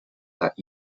that